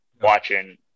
watching